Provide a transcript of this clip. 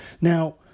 Now